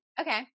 okay